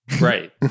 Right